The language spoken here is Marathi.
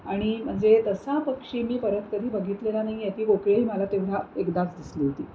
आणि म्हणजे तसा पक्षी मी परत कधी बघितलेला नाही आहे ती कोकीळही मला तेव्हा एकदाच दिसली होती